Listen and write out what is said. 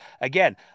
Again